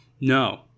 No